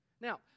Now